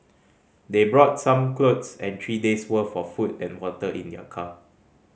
they brought some clothes and three days worth of food and water in their car